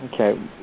Okay